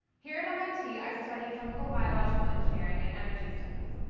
here at mit i study chemical-biological engineering and energy studies,